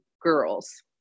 girls